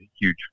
huge